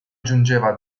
giungeva